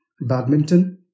badminton